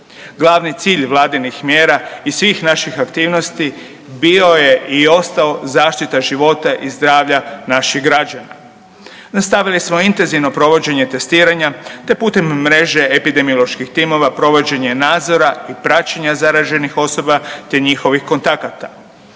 Glavni cilj Vladinih mjera i svih naših aktivnosti bio je i ostao zaštita života i zdravlja naših građana. Nastavili smo intenzivno provođenje testiranja te putem mreže epidemioloških timova provođenje nadzora i praćenja zaraženih osoba te njihovih kontakata.